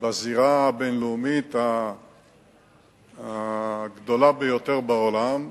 בזירה הבין-לאומית הגדולה ביותר בעולם,